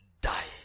die